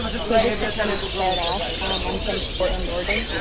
so, just to kind of start off, um i'm from portland, oregon,